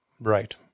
Right